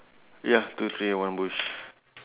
how about the gardener equipment